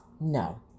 No